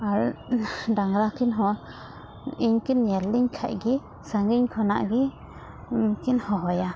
ᱟᱨ ᱰᱟᱝᱨᱟ ᱠᱤᱱ ᱦᱚᱸ ᱤᱧ ᱠᱤᱱ ᱧᱮᱞ ᱞᱤᱧ ᱠᱷᱟᱱᱜᱮ ᱥᱟᱺᱜᱤᱧ ᱠᱷᱚᱱᱟᱜ ᱜᱮ ᱩᱱᱠᱤᱱ ᱦᱚᱦᱚᱭᱟ